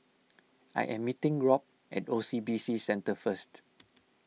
I am meeting Robb at O C B C Centre first